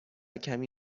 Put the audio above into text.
کمی